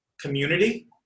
community